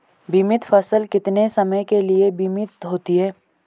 बीमित फसल कितने समय के लिए बीमित होती है?